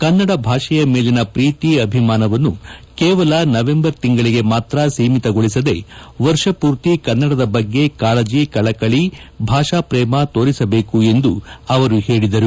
ಕನ್ನಡ ಭಾಷೆಯ ಮೇಲಿನ ಪ್ರೀತಿ ಅಭಿಮಾನವನ್ನು ಕೇವಲ ನವೆಂಬರ್ ತಿಂಗಳಿಗೆ ಮಾತ್ರ ಸೀಮಿತಗೊಳಿಸದೆ ವರ್ಷಮೂರ್ತಿ ಕನ್ನಡದ ಬಗ್ಗೆ ಕಾಳಜಿ ಕಳಕಳಿ ಭಾಷಾಪ್ರೇಮ ತೋರಿಸಬೇಕು ಎಂದು ಅವರು ಹೇಳಿದರು